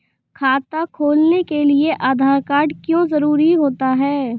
खाता खोलने के लिए आधार कार्ड क्यो जरूरी होता है?